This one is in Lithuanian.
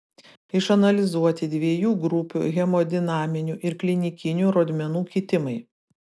išanalizuoti dviejų grupių hemodinaminių ir klinikinių rodmenų kitimai